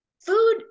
food